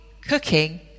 cooking